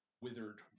withered